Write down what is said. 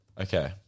Okay